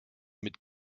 mit